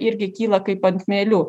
irgi kyla kaip ant mielių